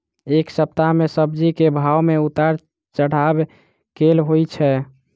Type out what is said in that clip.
एक सप्ताह मे सब्जी केँ भाव मे उतार चढ़ाब केल होइ छै?